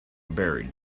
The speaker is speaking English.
buried